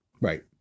Right